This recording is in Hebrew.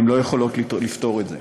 הן לא יכולות לפתור את זה.